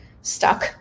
stuck